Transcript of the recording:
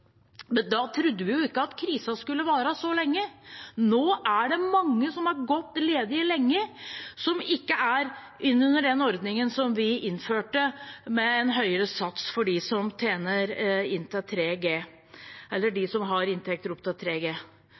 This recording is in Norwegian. Men da trodde vi jo ikke at krisen skulle vare så lenge. Nå er det mange som har gått ledig lenge, som ikke går inn under den ordningen som vi innførte med en høyere sats for dem som